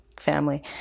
family